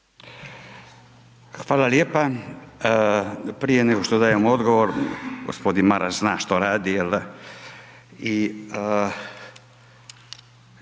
Hvala lijepa. Prije nego što dajemo odgovor, g. Maras zna što radi,